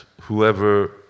whoever